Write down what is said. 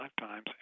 lifetimes